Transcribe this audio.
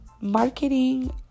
marketing